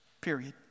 Period